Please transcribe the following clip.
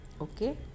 okay